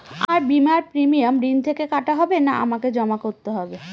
আমার বিমার প্রিমিয়াম ঋণ থেকে কাটা হবে না আমাকে জমা করতে হবে?